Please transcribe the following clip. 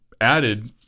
added